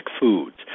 foods